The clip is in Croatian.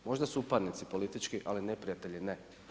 Možda suparnici politički, ali neprijatelji ne.